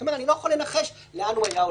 אז מי שבא אחר כך צריך לדעת להחליט לאן הוא רוצה,